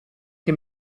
che